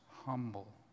humble